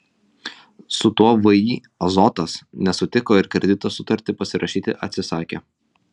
su tuo vį azotas nesutiko ir kredito sutartį pasirašyti atsisakė